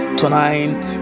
tonight